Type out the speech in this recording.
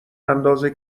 اندازه